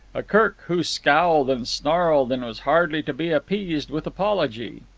a kirk who scowled and snarled and was hardly to be appeased with apology.